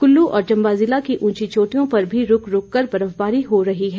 कुल्लू और चंबा जिले की उंची चोटियों पर भी रूक रूक कर बर्फबारी हो रही है